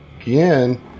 again